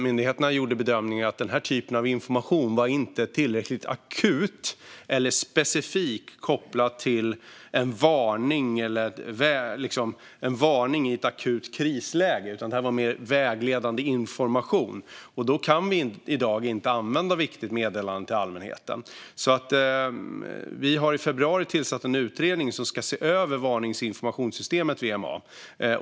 Myndigheterna gjorde bedömningen att denna typ av information inte var tillräckligt akut eller specifikt kopplad till en varning i ett akut krisläge utan mer vägledande information, och då kan man i dag inte använda Viktigt meddelande till allmänheten. Vi tillsatte i februari en utredning som ska se över varningsinformationssystemet VMA.